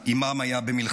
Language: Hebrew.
שעימם היה במלחמה.